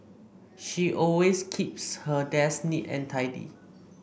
she always keeps her desk neat and tidy